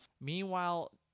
Meanwhile